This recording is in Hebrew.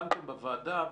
ועודכנתי בוועדה